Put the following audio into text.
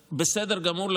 שני שלישים מהם בסדר גמור,